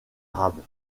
arabes